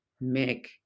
make